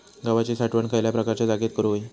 गव्हाची साठवण खयल्या प्रकारच्या जागेत करू होई?